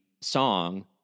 song